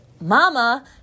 mama